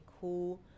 cool